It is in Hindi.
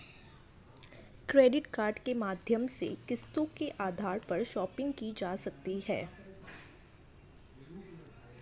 क्रेडिट कार्ड के माध्यम से किस्तों के आधार पर शापिंग की जा सकती है